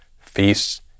feasts